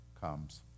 comes